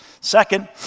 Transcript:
Second